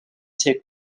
took